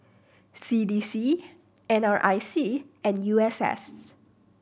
C D C N R I C and U S S